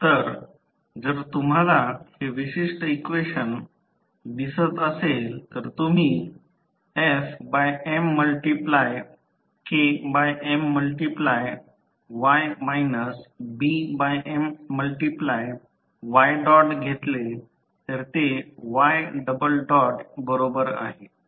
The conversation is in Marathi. तर जर तुम्हाला हे विशिष्ट इक्वेशन दिसत असेल तर तुम्ही fM multiply KM multiply y minus BM multiply y dot घेतले तर ते y डबल डॉट बरोबर आहे